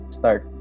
start